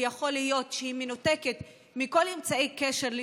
ויכול להיות שהיא מנותקת מכל אמצעי קשר כדי